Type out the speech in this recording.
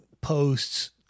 posts